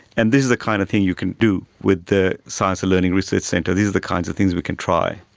and this is the kind of thing you can do with the science and learning research centre, these are the kinds of things we can try.